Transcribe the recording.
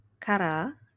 kara